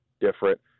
different